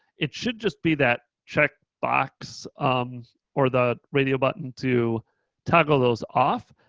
it should just be that checkbox or the radio button to toggle those off.